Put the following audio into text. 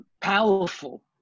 powerful